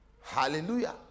Hallelujah